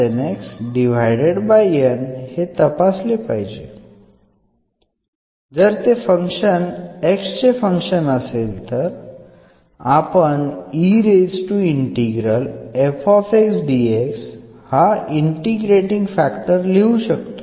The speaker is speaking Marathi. आपण हे तपासले पाहिजे जर ते फक्त x चे फंक्शन असेल तर आपण हा इंटिग्रेटींग फॅक्टर लिहू शकतो